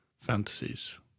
fantasies